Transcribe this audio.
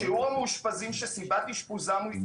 המאושפזים שהוכרו כחיוביים לקורונה,